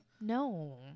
no